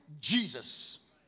Jesus